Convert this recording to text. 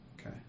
Okay